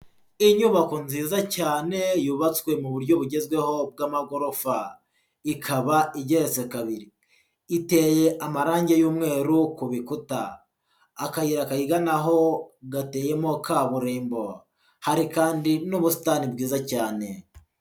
Inyubako nziza cyane yubatswe mu buryo bugezweho bw'amagorofa. Ikaba igeratse kabiri. Iteye amarange y'umweru ku bikuta. Akayira kayiganaho gateyemo kaburerimbo. Hari kandi n'ubusitani bwiza cyane.